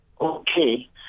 Okay